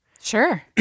Sure